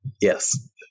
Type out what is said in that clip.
Yes